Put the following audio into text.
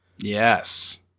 Yes